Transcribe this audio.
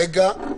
רגע.